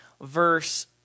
Verse